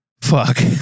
Fuck